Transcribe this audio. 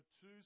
two